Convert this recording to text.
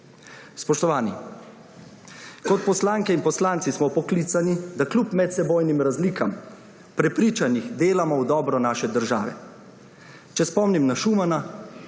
Spoštovani! Kot poslanke in poslanci smo poklicani, da kljub medsebojnim razlikam v prepričanjih delamo v dobro naše države. Če spomnim na Schumana,